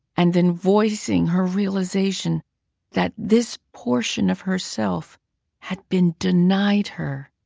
and then voicing her realization that this portion of herself had been denied her,